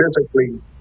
physically